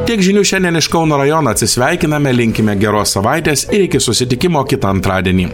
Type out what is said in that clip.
tiek žinių šiandien iš kauno rajono atsisveikiname linkime geros savaitės ir iki susitikimo kitą antradienį